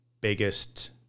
biggest